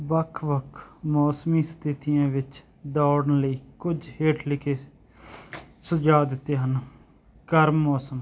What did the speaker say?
ਵੱਖ ਵੱਖ ਮੌਸਮੀ ਸਥਿਤੀਆਂ ਵਿੱਚ ਦੌੜਨ ਲਈ ਕੁਝ ਹੇਠ ਲਿਖੇ ਸੁਝਾਓ ਦਿੱਤੇ ਹਨ ਗਰਮ ਮੌਸਮ